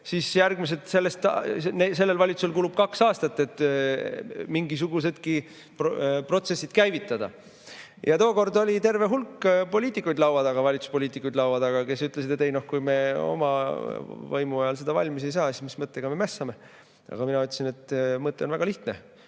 siis sellel valitsusel kulub kaks aastat, et mingisugusedki protsessid käivitada. Tookord oli terve hulk valitsuspoliitikuid laua taga, kes ütlesid, et kui me oma võimu ajal seda valmis ei saa, siis mis mõttega me mässame. Aga mina ütlesin, et mõte on väga lihtne: